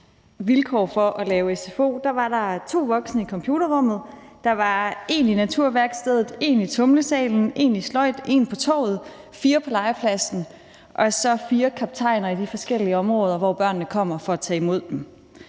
vilkår for at drive sfo, var der to voksne i computerrummet, en i naturværkstedet, en i tumlesalen, en i sløjdværkstedet, en på torvet, fire på legepladsen og så fire kaptajner i de forskellige områder til at tage imod